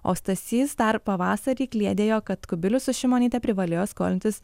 o stasys dar pavasarį kliedėjo kad kubilius už šimonytę privalėjo skolintis